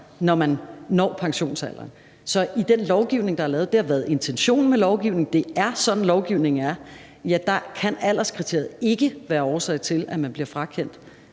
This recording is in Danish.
når man når pensionsalderen. Så i den lovgivning, der er lavet – det har været intentionen med lovgivningen; det er sådan, lovgivningen er – kan alderskriteriet ikke være årsag til, at man bliver frakendt